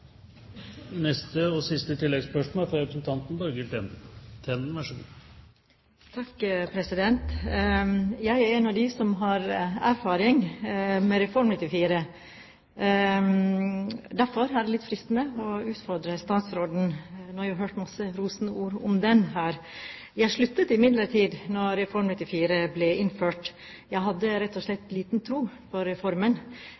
Tenden – til oppfølgingsspørsmål. Jeg er en av dem som har erfaring med Reform 94. Derfor er det litt fristende å utfordre statsråden. Nå har jeg hørt masse rosende ord om den her. Jeg sluttet imidlertid da Reform 94 ble innført. Jeg hadde rett og